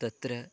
तत्र